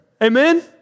Amen